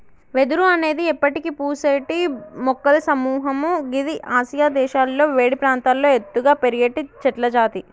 వెదురు అనేది ఎప్పటికి పూసేటి మొక్కల సముహము గిది ఆసియా దేశాలలో వేడి ప్రాంతాల్లో ఎత్తుగా పెరిగేటి చెట్లజాతి